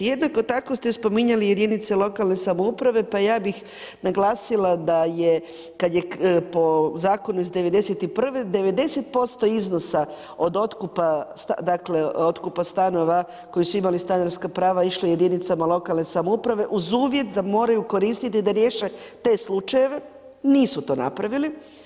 Jednako tako ste spominjali i jedinice lokalne samouprave, pa ja bih naglasila da je, kad je po zakonu iz '91. 90% iznosa od otkupa, dakle otkupa stanova koji su imali stanarska prava išli jedinicama lokalne samouprave uz uvjet da moraju koristiti da riješe te slučajeve nisu to napravili.